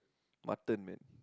mutton man